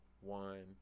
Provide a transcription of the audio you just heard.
one